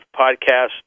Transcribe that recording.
podcast